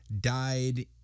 died